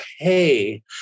pay